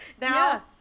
now